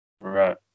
Right